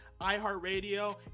iHeartRadio